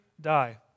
die